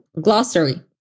glossary